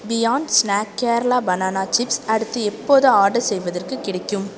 beyond snack Kerala banana chips அடுத்து எப்போது order செய்வதற்குக் கிடைக்கும்